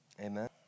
Amen